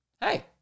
Hey